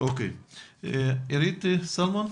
עידית סילמן.